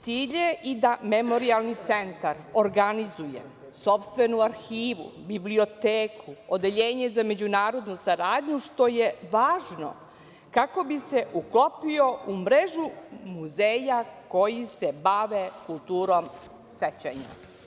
Cilj je i da memorijalni centar organizuje sopstvenu arhivu, biblioteku, odeljenje za međunarodnu saradnju, što je važno kako bi se uklopio u mrežu muzeja koji se bave kulturom sećanja.